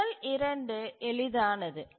முதல் இரண்டு எளிதானது